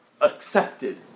accepted